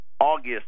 August